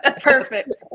perfect